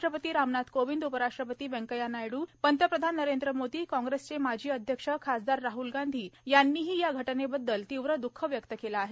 राष्ट्रपती रामनाथ कोविंद उपराष्ट्रपती व्यंकया नायडू पंतप्रधान नरेंद्र मोदी काँग्रेसचे माजी अध्यक्ष खासदार राहल गांधी यांनी ही या घटनेबद्दल तीव्र दुख व्यक्त केलं आहे